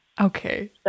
Okay